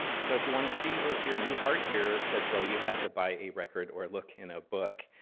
so if you want to see or hear new art here, says bill, you have to buy a record or look in a book.